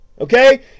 okay